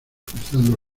cruzando